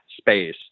space